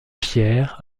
pierre